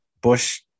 Bush